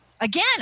Again